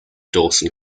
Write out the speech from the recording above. dawson